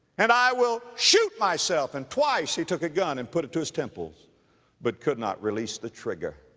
and i will shoot myself, and twice he took a gun and put it to his temples but could not release the trigger.